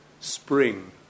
spring